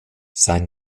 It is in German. sein